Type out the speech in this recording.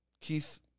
Keith